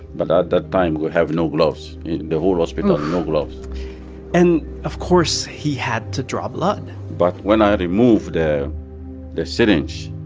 but at that time, we have no gloves. in the whole hospital. oof. no gloves and, of course, he had to draw blood but when i removed ah the syringe,